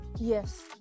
Yes